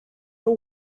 all